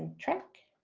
trek,